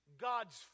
God's